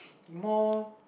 more